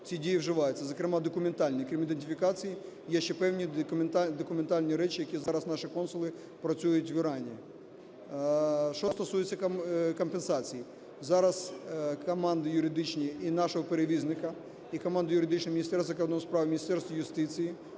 ці дії вживаються, зокрема документальні. Крім ідентифікації, є ще певні документальні речі, які зараз наші консули працюють в Ірані. Що стосується компенсацій. Зараз команда юридичні і нашого перевізника, і команда юридична Міністерства закордонних справ, Міністерства юстиції